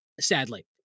sadly